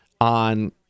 on